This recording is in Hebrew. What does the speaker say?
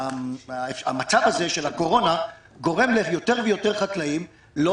המצב הזה של הקורונה גורם ליותר ויותר חקלאים לא